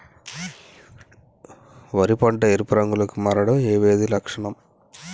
వరి పంట ఎరుపు రంగు లో కి మారడం ఏ వ్యాధి లక్షణం?